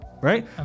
right